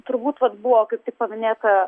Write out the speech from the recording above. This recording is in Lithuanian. turbūt vat buvo kaip tik paminėta